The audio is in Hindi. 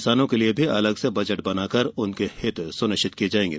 किसानों के लिए अलग से बजट बनाकर उनके हित सुनिश्चित किये जाएंगे